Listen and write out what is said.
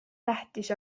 tähtis